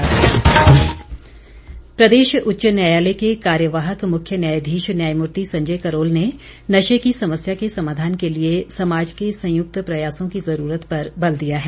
संजय करोल प्रदेश उच्च न्यायालय के कार्यवाहक मुख्य न्यायाधीश न्यायमूर्ति संजय करोल ने नशे की समस्या के समाधान के लिए समाज के संयुक्त प्रयासों की ज़रूरत पर बल दिया है